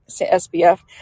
SBF